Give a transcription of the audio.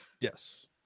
yes